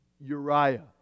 Uriah